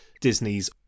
Disney's